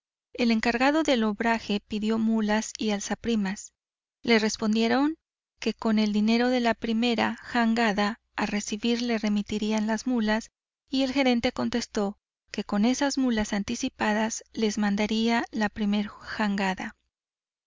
el encargado del obraje pidió mulas y alzaprimas le respondieron que con el dinero de la primera jangada a recibir le remitirían las mulas y el gerente contestó que con esa mulas anticipadas les mandaría la primer jangada